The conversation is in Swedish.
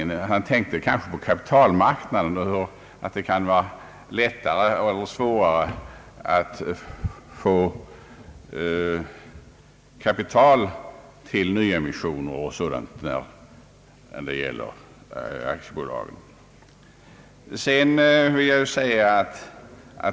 Herr Wärnberg tänkte kanske på kapitalmarknaden; att det kan vara lättare eller svårare att få kapital till nyemissioner m.m. när det gäller aktiebolagen.